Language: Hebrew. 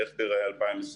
איך תיראה 2021,